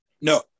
No